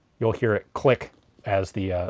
you'll hear it click as the.